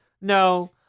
no